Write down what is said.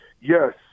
yes